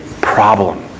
Problem